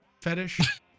fetish